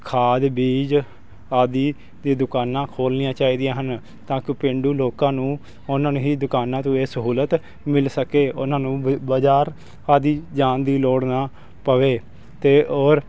ਖਾਦ ਬੀਜ ਆਦਿ ਦੀ ਦੁਕਾਨਾਂ ਖੋਲ੍ਹਣੀਆਂ ਚਾਹੀਦੀਆਂ ਹਨ ਤਾਂ ਕਿ ਪੇਂਡੂ ਲੋਕਾਂ ਨੂੰ ਉਨ੍ਹਾਂ ਹੀ ਦੁਕਾਨਾਂ ਤੋਂ ਇਹ ਸਹੂਲਤ ਮਿਲ ਸਕੇ ਉਨ੍ਹਾਂ ਨੂੰ ਵੀ ਬਜ਼ਾਰ ਆਦਿ ਜਾਣ ਦੀ ਲੋੜ ਨਾ ਪਵੇ ਅਤੇ ਔਰ